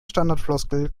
standardfloskel